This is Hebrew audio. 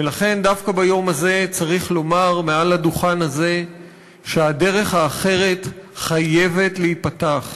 ולכן דווקא ביום הזה צריך לומר מעל הדוכן הזה שהדרך האחרת חייבת להיפתח,